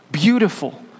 beautiful